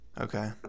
Okay